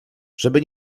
żeby